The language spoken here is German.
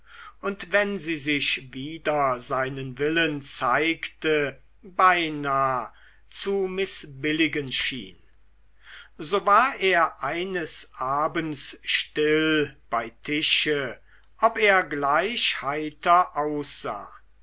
und wenn sie sich wider seinen willen zeigte beinah zu mißbilligen schien so war er eines abends still bei tische ob er gleich heiter aussah